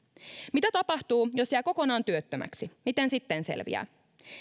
mitä tapahtuu jos jää kokonaan työttömäksi miten sitten selviää